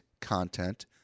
content